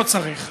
לא צריך.